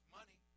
money